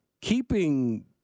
keeping